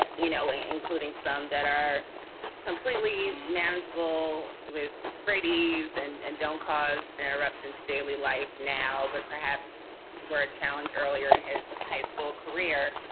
you know, and including some that are completely manageable, with great ease and and don't cause interruptions of daily life now. but perhaps we're a challenger. earlier in his high school career.